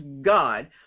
God